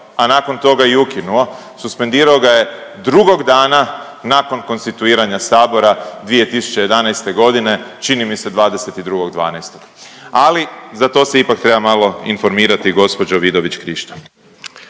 a nakon toga i ukinuo, suspendirao ga je drugog dana nakon konstatiranja Sabora 2011.g. čini mi se 22.12., ali za to se ipak treba malo informirati gospođo Vidović Krišto.